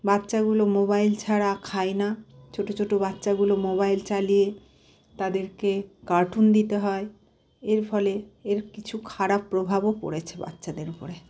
বাচ্চাগুলো মোবাইল ছাড়া খায় না ছোটো ছোটো বাচ্চাগুলো মোবাইল চালিয়ে তাদেরকে কার্টুন দিতে হয় এর ফলে এর কিছু খারাপ প্রভাবও পড়েছে বাচ্ছাদের উপরে